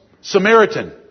Samaritan